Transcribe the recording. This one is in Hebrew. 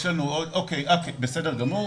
יש לנו גם יעד ספציפי שמתייחס לעמדות של האוכלוסייה,